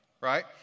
right